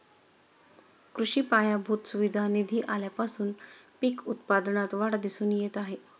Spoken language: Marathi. कृषी पायाभूत सुविधा निधी आल्यापासून पीक उत्पादनात वाढ दिसून येत आहे